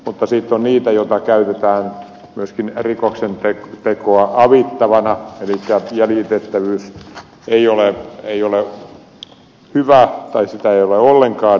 mutta sitten on niitä joita käytetään myöskin rikoksentekoa avittavana elikkä jäljitettävyys ei ole hyvä tai sitä ei ole ollenkaan